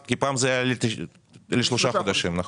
כי פעם זה היה לשלושה חודשים.